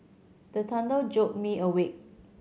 the thunder jolt me awake